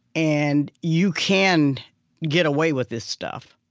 and you can get away with this stuff.